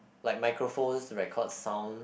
like microphone record sound